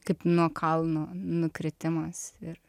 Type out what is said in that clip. kaip nuo kalno nukritimas ir